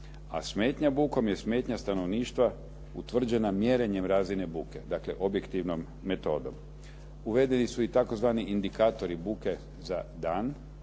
A smetnja bukom je smetnja stanovništva utvrđena mjerenjem razine buke, dakle objektivnom metodom. Uvedeni su i tzv. indikatori buke za dan,